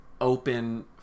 open